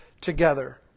together